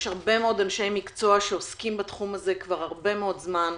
יש הרבה מאוד אנשי מקצוע שעוסקים בתחום הזה כבר הרבה מאוד זמן,